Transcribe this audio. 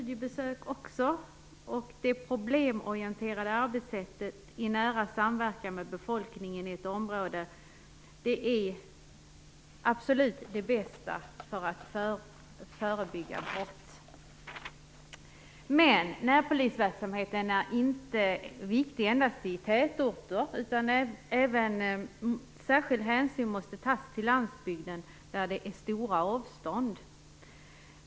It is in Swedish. Det problemorienterade arbetssättet, som bedrivs i nära samverkan med befolkningen i ett område, är absolut det bästa för att förebygga brott. Men närpolisverksamheten är inte viktig endast i tätorter, utan särskild hänsyn måste tas till landsbygden, där det är stora avstånd.